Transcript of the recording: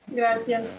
gracias